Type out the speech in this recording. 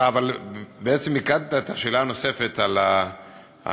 אתה אבל בעצם מיקדת את השאלה הנוספת בנושא,